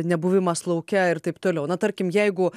nebuvimas lauke ir taip toliau na tarkim jeigu